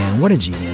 what a genius.